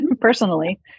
personally